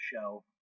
show